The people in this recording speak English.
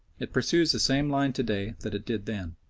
it pursues the same line to-day that it did then.